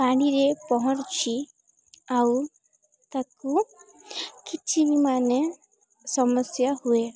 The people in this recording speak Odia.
ପାଣିରେ ପହଁରୁଛି ଆଉ ତାକୁ କିଛି ବି ମାନେ ସମସ୍ୟା ହୁଏ